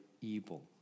evil